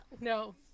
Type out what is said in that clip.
No